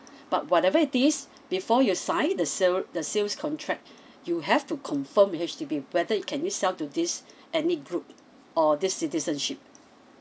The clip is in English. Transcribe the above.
but whatever it is before you sign the sale the sales contract you have to confirm with H_D_B whether you can you sell to this ethnic group or this citizenship